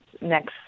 next